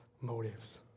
motives